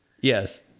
Yes